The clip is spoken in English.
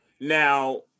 Now